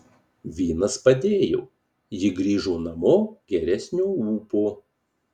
vynas padėjo ji grįžo namo geresnio ūpo